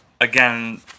again